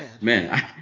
Man